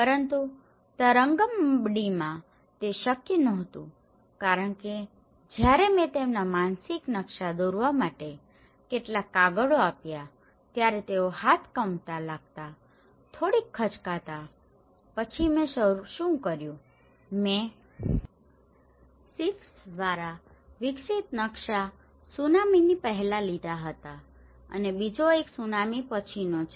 પરંતુ તરંગમબડીમાં તે શક્ય નહોતું કારણ કે જ્યારે મેં તેમના માનસિક નકશા દોરવા માટે કેટલાક કાગળો આપ્યા ત્યારે તેઓ હાથ કંપવા લાગતાં થોડીક ખચકાતા હતા પછી મેં શું કર્યું તે મેં SIFFS દ્વારા વિકસિત નકશા સુનામીની પહેલા લીધા હતા અને બીજો એક સુનામી પછીનો છે